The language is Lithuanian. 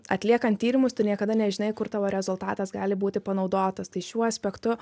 atliekan tyrimus tu niekada nežinai kur tavo rezultatas gali būti panaudotas tai šiuo aspektu